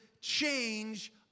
change